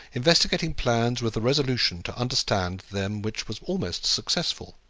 investigating plans with a resolution to understand them which was almost successful.